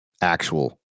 actual